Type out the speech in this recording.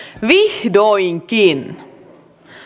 vihdoinkin